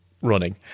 running